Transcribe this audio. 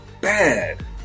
bad